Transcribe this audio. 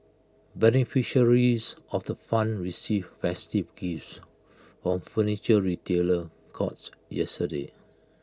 beneficiaries of the fund received festive gifts of Furniture Retailer courts yesterday